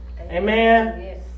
Amen